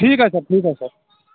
ٹھیٖک حظ چھُ سر ٹھیٖک حظ چھُ سر